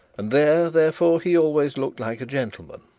and there therefore he always looked like a gentleman,